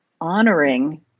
honoring